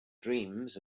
dreams